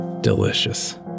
delicious